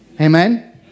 Amen